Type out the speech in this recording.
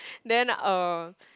then uh